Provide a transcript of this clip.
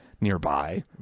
nearby